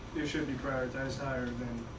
they should be prioritized higher than